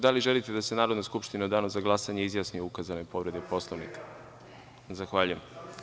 Da li želite da se Narodna skupština u danu za glasanje izjasni o ukazanoj povredi Poslovnika? (Vjerica Radeta: Ne.) Zahvaljujem.